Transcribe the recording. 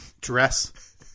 dress